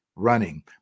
Running